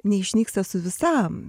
neišnyksta su visam